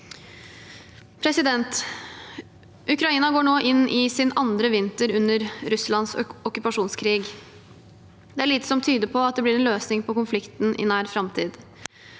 Ukraina. Ukraina går nå inn i sin andre vinter under Russlands okkupasjonskrig. Det er lite som tyder på at det blir en løsning på konflikten i nær framtid.